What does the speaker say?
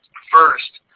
first,